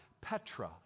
Petra